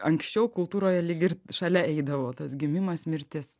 anksčiau kultūroje lyg ir šalia eidavo tas gimimas mirtis